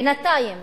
בינתיים